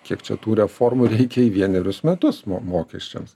kiek čia tų reformų reikia į vienerius metus mo mokesčiams